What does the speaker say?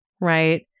right